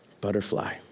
butterfly